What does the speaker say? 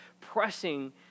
pressing